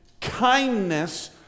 kindness